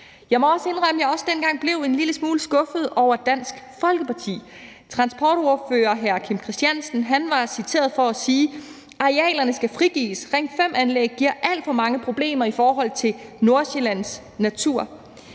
Jeg må også indrømme, at jeg også dengang blev en lille smule skuffet over Dansk Folkeparti. Transportordfører hr. Kim Christiansen var citeret for at sige: »Arealerne skal frigives. Ring 5-anlæg giver alt for mange problemer i forhold til Nordsjællands natur.«